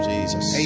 Jesus